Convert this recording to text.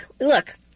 Look